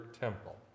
temple